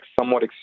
somewhat